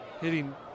Hitting